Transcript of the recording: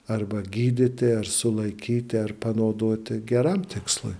arba gydyti ar sulaikyti ar panaudoti geram tikslui